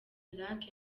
iraq